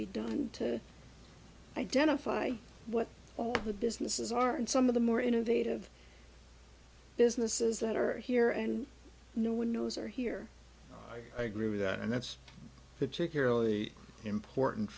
be done to identify what all the businesses are in some of the more innovative businesses that are here and no one knows are here i agree with that and that's the ticket really important